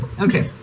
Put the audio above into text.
Okay